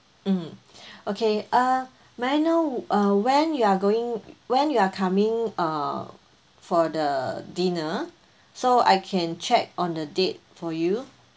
mm okay uh may I know uh when you're going when you are coming uh for the dinner so I can check on a date for you